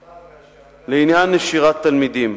המספר שבג"ץ נותן, לעניין נשירת תלמידים,